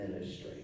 Ministry